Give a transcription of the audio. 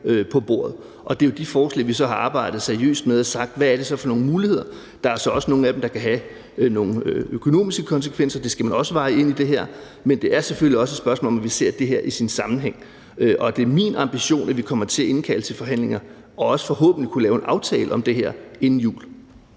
på bordet. Og det er jo de forslag, vi så har arbejdet seriøst med, og så har vi sagt: Hvad er det så for nogle muligheder, der er? Der er så også nogle af dem, der kan have nogle økonomiske konsekvenser; det skal man også afveje i forhold til det her. Men det er selvfølgelig også et spørgsmål om, at vi ser det her i sammenhæng. Og det er min ambition, at vi kommer til at indkalde til forhandlinger, og at vi forhåbentlig også kan lave en aftale om det her inden jul.